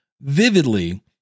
vividly